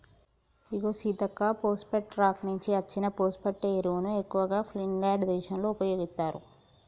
ఇగో Seethakka phosphate rock నుంచి అచ్చిన phosphate ఎరువును ఎక్కువగా ఫిన్లాండ్ దేశంలో ఉపయోగిత్తారు